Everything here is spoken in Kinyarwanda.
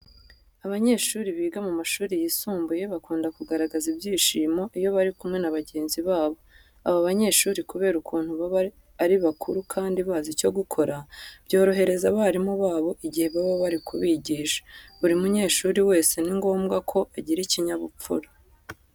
Abanyeshuri biga mu mashuri yisumbuye bakunda kugaragaza ibyishimo iyo bari kumwe na bagenzi babo. Aba banyeshuri kubera ukuntu baba ari bakuru kandi bazi icyo gukora, byorohereza abarimu babo igihe baba bari kubigisha. Buri munyeshuri wese ni ngombwa ko agira ikinyabupfura.